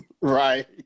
right